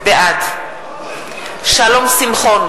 בעד שלום שמחון,